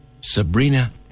Sabrina